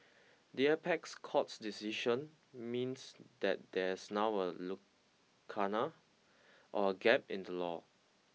the apex court's decision means that there is now a lacuna or a gap in the law